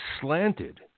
slanted